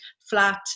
flat